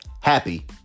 happy